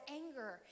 anger